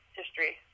history